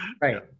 Right